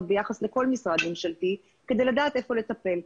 ביחס לכל משרד ממשלתי כדי לדעת איפה לטפל.